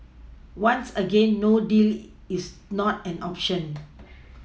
once again no deal is not an option